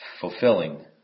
fulfilling